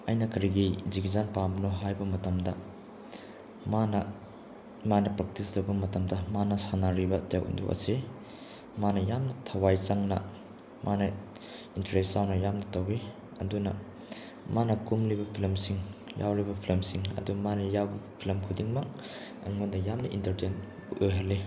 ꯑꯩꯅ ꯀꯔꯤꯒꯤ ꯖꯦꯛꯀꯤ ꯆꯥꯟ ꯄꯥꯝꯕꯅꯣ ꯍꯥꯏꯕ ꯃꯇꯝꯗ ꯃꯥꯅ ꯃꯥꯅ ꯄ꯭ꯔꯥꯛꯇꯤꯁ ꯇꯧꯕ ꯃꯇꯝꯗ ꯃꯥꯅ ꯁꯥꯟꯅꯔꯤꯕ ꯇꯥꯏꯋꯣꯟꯗꯣ ꯑꯁꯤ ꯃꯥꯅ ꯌꯥꯝꯅ ꯊꯋꯥꯏ ꯆꯪꯅ ꯃꯥꯅ ꯏꯟꯇ꯭ꯔꯦꯁ ꯌꯥꯎꯅ ꯌꯥꯝꯅ ꯇꯧꯏ ꯑꯗꯨꯅ ꯃꯥꯅ ꯀꯨꯝꯂꯤꯕ ꯐꯤꯂꯝꯁꯤꯡ ꯌꯥꯎꯔꯤꯕ ꯐꯤꯂꯝꯁꯤꯡ ꯑꯗꯨ ꯃꯥꯅ ꯌꯥꯎꯕ ꯐꯤꯂꯝ ꯈꯨꯗꯤꯡꯃꯛ ꯑꯩꯉꯣꯟꯗ ꯌꯥꯝꯅ ꯏꯟꯇꯔꯇꯦꯟ ꯑꯣꯏꯍꯜꯂꯤ